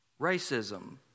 racism